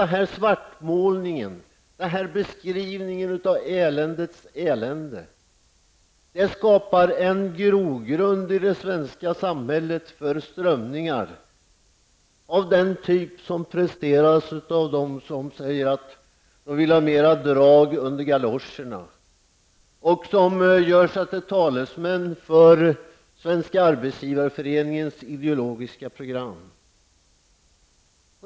Denna svartmålning och denna beskrivning av eländes elände skapar en grogrund i det svenska samhället för strömningar av den typ som presterats av dem som säger att de vill ha mer drag under galoscherna och som gör sig till talesmän för Svenska Arbetsgivareföreningens ideologiska program.